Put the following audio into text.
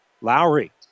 Lowry